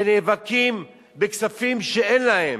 שנאבקים בכספים שאין להם,